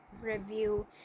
Review